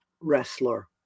wrestler